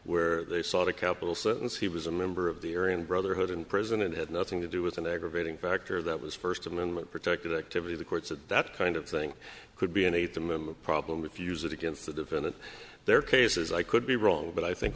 where they sought a capital sentence he was a member of the arion brotherhood in prison and had nothing to do with an aggravating factor that was first amendment protected activity the courts and that kind of thing could be innate them a problem if you use it against the defendant there are cases i could be wrong but i think